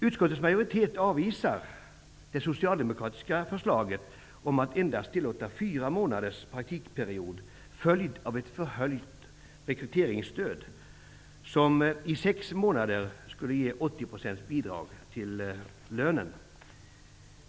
Utskottsmajoriteten avvisar det socialdemokratiska förslaget om att endast tillåta fyra månaders praktikperiod följt av ett förhöjt rekryteringsstöd som i sex månader skulle ge 80 % bidrag till lönen.